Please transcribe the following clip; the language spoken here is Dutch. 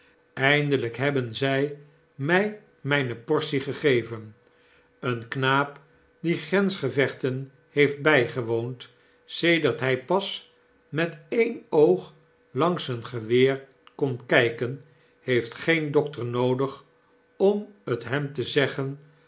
eindelyk hebben zy my myne portie gegeven een knaap die grensevechten heeft bijgewoond sederthi pas met een oog langs een geweer kon kijken heeft geen dokter noodig om het hem te zeggen